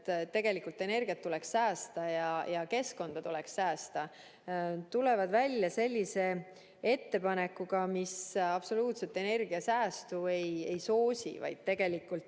poolt, et energiat tuleks säästa ja keskkonda tuleks säästa, tulevad välja ettepanekuga, mis absoluutselt energiasäästu ei soosi, vaid tegelikult